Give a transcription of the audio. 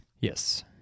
Yes